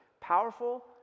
powerful